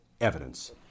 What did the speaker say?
evidence